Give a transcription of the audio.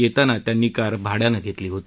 येताना त्यांनी कार भाड्यानं घेतली होती